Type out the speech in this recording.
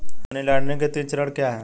Money laundering के तीन चरण क्या हैं?